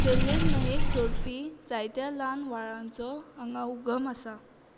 वेल्लूर न्हंयेक जोडपी जायत्या ल्हान व्हाळांचो हांगां उगम आसा